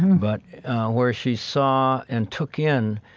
but where she saw and took in,